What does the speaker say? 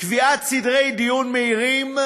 קביעת סדרי דיון מהירים,